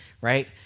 right